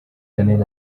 shanel